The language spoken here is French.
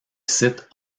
site